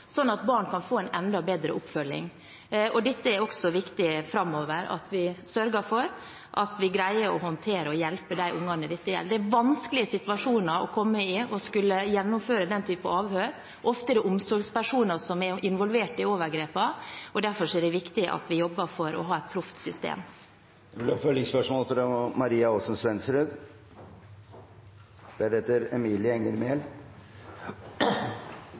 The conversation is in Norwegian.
at de kan få enda bedre oppfølging. Det er viktig framover at vi sørger for at vi greier å håndtere dette og hjelpe de ungene dette gjelder. Det er en vanskelig situasjon å komme i å skulle gjennomføre den typen avhør. Ofte er det omsorgspersoner som er involvert i overgrepene, derfor er det viktig at vi jobber for å ha et proft system. Det blir oppfølgingsspørsmål – først Maria